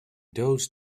those